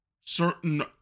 Certain